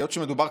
היות שמדובר,